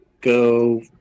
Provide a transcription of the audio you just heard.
go